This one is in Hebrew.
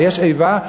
היש איבה,